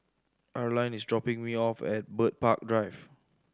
Arline is dropping me off at Bird Park Drive